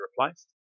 replaced